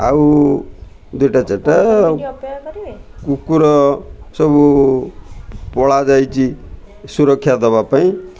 ଆଉ ଦୁଇଟା ଚାରିଟା କୁକୁର ସବୁ ପଳାଇ ଯାଇଛି ସୁରକ୍ଷା ଦେବା ପାଇଁ